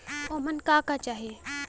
ओमन का का चाही?